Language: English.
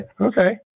Okay